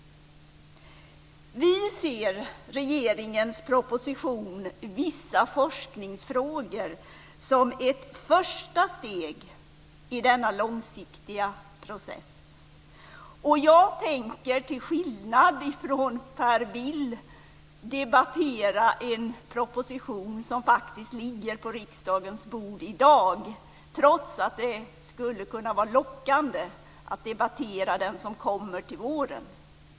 Vi ser regeringens proposition Vissa forskningsfrågor som ett första steg i denna långsiktiga process. Jag tänker till skillnad från Per Bill debattera en proposition som faktiskt ligger på riksdagens bord i dag, trots att det skulle vara lockande att debattera den som kommer till våren.